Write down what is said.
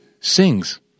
Sings